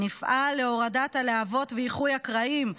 נפעל להורדת הלהבות ואיחוי הקרעים,